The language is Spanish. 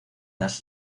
las